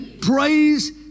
praise